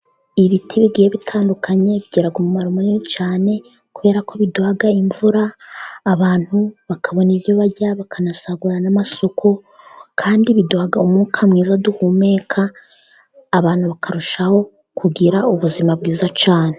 Ibiti bigiye bitandukanye bigira umumaro munini cyane kubera ko biduha imvura, abantu bakabona ibyo barya bakanasagura n'amasoko, kandi biduha umwuka mwiza duhumeka, abantu bakarushaho kugira ubuzima bwiza cyane.